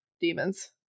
demons